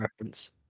reference